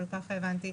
אבל כך הבנתי.